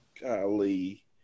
Golly